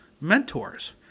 mentors